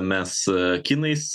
mes kinais